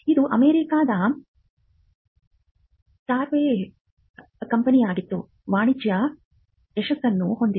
ಇದು ಅಮೆರಿಕಾದ ಸಾಫ್ಟ್ವೇರ್ ಕಂಪನಿಯಾಗಿದ್ದು ವಾಣಿಜ್ಯ ಯಶಸ್ಸನ್ನು ಹೊಂದಿದೆ